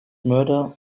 murder